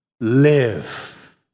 live